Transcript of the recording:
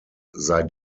sei